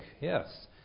yes